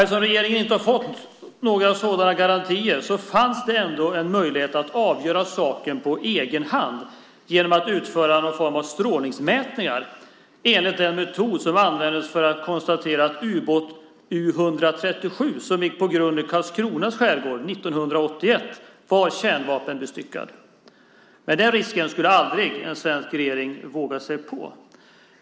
Eftersom regeringen inte fick några sådana garantier fanns det ändå möjlighet att avgöra saken på egen hand genom att utföra någon form av strålningsmätningar enligt den metod som användes för att konstatera att ubåt U 137 som gick på grund i Karlskronas skärgård 1981 var kärnvapenbestyckad. Men den risken skulle en svensk regering aldrig våga sig på att ta.